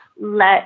let